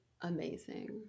amazing